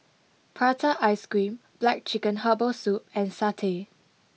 Prata Ice cream Black Chicken Herbal Soup and Satay